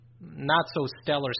not-so-stellar